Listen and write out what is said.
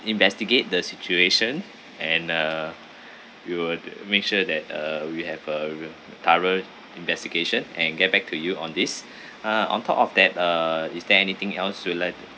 investigate the situation and uh we will to make sure that uh we have a real thorough investigation and get back to you on this uh on top of that uh is there anything else you would like to